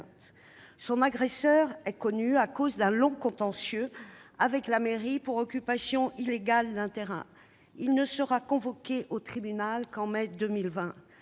Son agresseur est connu en raison d'un long contentieux avec la mairie pour occupation illégale d'un terrain. Il ne sera convoqué au tribunal qu'en mai 2020.